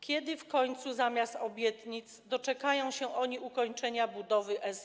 Kiedy w końcu zamiast obietnic doczekają się oni ukończenia budowy S1?